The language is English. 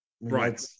right